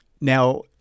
Now